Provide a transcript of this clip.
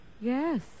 Yes